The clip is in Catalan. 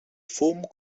fum